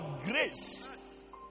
grace